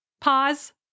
Pause